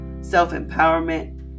self-empowerment